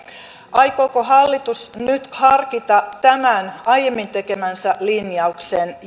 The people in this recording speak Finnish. aikooko hallitus nyt harkita tämän aiemmin tekemänsä linjauksen